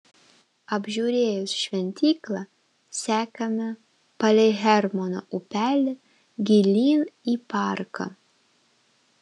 apžiūrėjus šventyklą sekame palei hermono upelį gilyn į parką